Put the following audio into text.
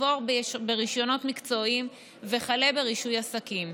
עבור ברישיונות מקצועיים וכלה ברישוי עסקים.